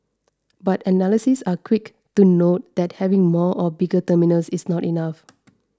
but analysts are quick to note that having more or bigger terminals is not enough